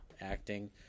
acting